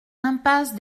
impasse